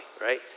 right